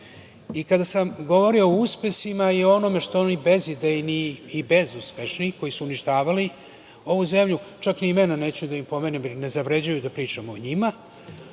kada sam govorio o uspesima, i o onome što oni bezidejni i bezuspešni, koji su uništavali ovu zemlju, čak ni imena neću da im pomenem, jer ne zavređuju da pričamo o njima,